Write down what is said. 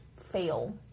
fail